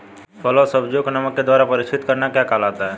फलों व सब्जियों को नमक के द्वारा परीक्षित करना क्या कहलाता है?